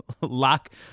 lock